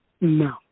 No